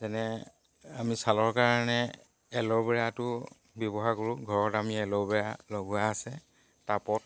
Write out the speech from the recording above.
যেনে আমি ছালৰ কাৰণে এল'ভেৰাটো ব্যৱহাৰ কৰোঁ ঘৰত আমি এল'ভেৰা লগোৱা আছে টাবত